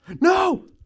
No